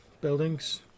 buildings